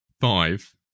Five